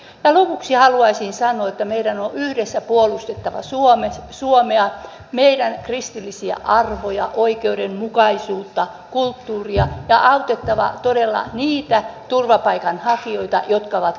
ja lopuksi haluaisin sanoa että meidän on yhdessä puolustettava suomea meidän kristillisiä arvojamme oikeudenmukaisuuttamme ja kulttuuriamme ja autettava todella niitä turvapaikanhakijoita jotka ovat avun tarpeessa